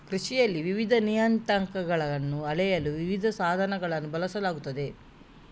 ಕೃಷಿಯಲ್ಲಿ ವಿವಿಧ ನಿಯತಾಂಕಗಳನ್ನು ಅಳೆಯಲು ವಿವಿಧ ಸಾಧನಗಳನ್ನು ಬಳಸಲಾಗುತ್ತದೆ